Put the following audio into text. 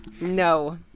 No